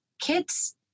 kids